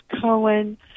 Cohen